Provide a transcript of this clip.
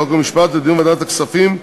חוק ומשפט לוועדת הכספים,